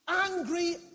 Angry